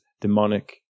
demonic